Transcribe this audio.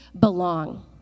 belong